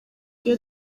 iyo